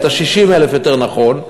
60,000 יותר נכון,